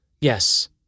Yes